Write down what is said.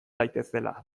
daitezela